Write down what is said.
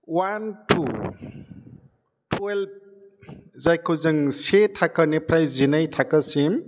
one to twelve जायखौ जों से थाखोनिफ्राइ जिनै थाखोसिम